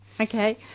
Okay